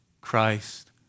Christ